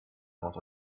out